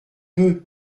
peu